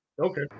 okay